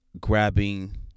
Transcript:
grabbing